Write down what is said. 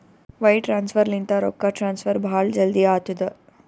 wire transfer ಲಿಂತ ರೊಕ್ಕಾ transfer ಭಾಳ್ ಜಲ್ದಿ ಆತ್ತುದ